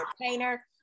painter